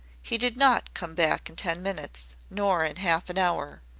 he did not come back in ten minutes, nor in half an hour.